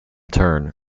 turn